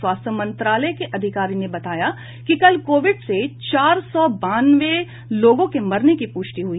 स्वास्थ्य मंत्रालय के अधिकारी ने बताया कि कल कोविड से चार सौ बानवे लोगों के मरने की पुष्टि हुई